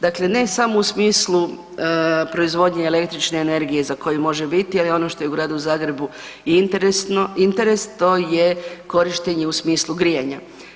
Dakle, ne samo u smislu proizvodnje električne energije za koju može biti, ali ono što je u gradu Zagrebu i interes to je korištenje u smislu grijanja.